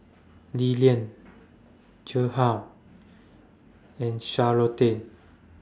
Lillian Gerhardt and Charlottie